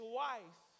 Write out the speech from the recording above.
wife